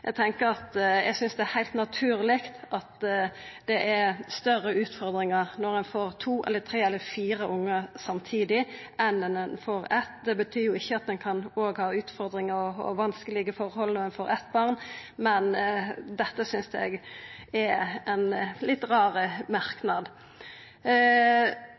Eg synest det er heilt naturleg at det er større utfordringar når ein får to, tre eller fire ungar samtidig, enn når ein får éin. Det betyr ikkje at ein ikkje òg kan ha utfordringar og vanskelege forhold når ein får eitt barn, men dette synest eg er ein litt